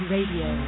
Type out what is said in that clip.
Radio